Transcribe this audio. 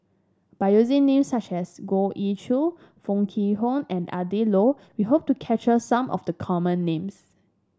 by using names such as Goh Ee Choo Foo Kwee Horng and Adrin Loi we hope to capture some of the common names